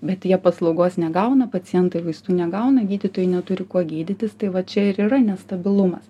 bet jie paslaugos negauna pacientai vaistų negauna gydytojai neturi kuo gydytis tai va čia ir yra nestabilumas